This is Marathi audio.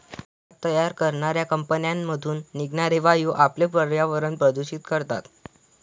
कागद तयार करणाऱ्या कंपन्यांमधून निघणारे वायू आपले पर्यावरण प्रदूषित करतात